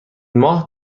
ماه